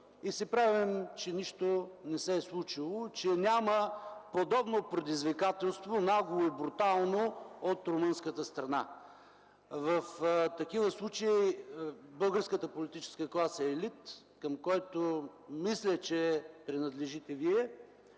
и се правим, че нищо не се е случило, че няма подобно предизвикателство – нагло и брутално, от румънската страна. В такива случаи българската политическа класа и елит, към който мисля, че принадлежите Вие,